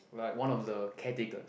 like one of the care taker